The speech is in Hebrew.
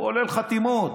כולל חתימות,